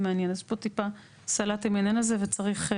יש טיפה סלט עם העניין הזה וצריך,